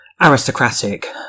aristocratic